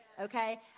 Okay